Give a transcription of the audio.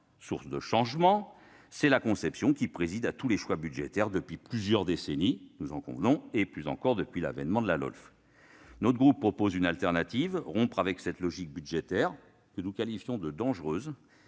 source de changement- c'est la conception qui préside à tous les choix budgétaires depuis plusieurs décennies et, plus encore, depuis l'avènement de la LOLF. Notre groupe propose une autre solution : rompre avec cette logique budgétaire, que nous qualifions de « dangereuse